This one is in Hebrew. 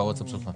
בבקשה.